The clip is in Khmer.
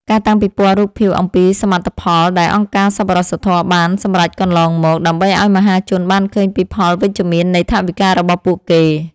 ការតាំងពិព័រណ៍រូបភាពអំពីសមិទ្ធផលដែលអង្គការសប្បុរសធម៌បានសម្រេចកន្លងមក ដើម្បីឱ្យមហាជនបានឃើញពីផលវិជ្ជមាននៃថវិការបស់ពួកគេ។